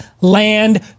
land